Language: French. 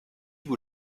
vous